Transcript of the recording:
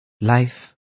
life